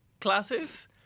classes